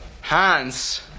Hans